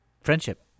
friendship